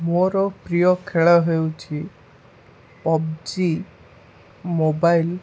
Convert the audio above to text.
ମୋର ପ୍ରିୟ ଖେଳ ହେଉଛି ପବ୍ଜି ମୋବାଇଲ୍